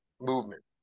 movement